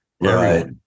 Right